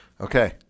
Okay